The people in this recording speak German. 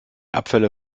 abfälle